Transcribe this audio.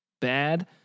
bad